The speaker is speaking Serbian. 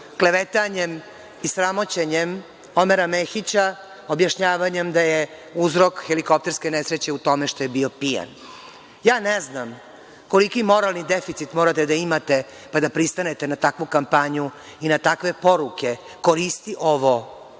klevetanjem i sramoćenjem Omera Mehića, objašnjavanjem da je uzrok helikopterske nesreće u tome što je bio pijan? Ja ne znam koliki moralni deficit morate da imate pa da pristanete na takvu kampanju i na takve poruke - koristi ovo,